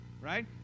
right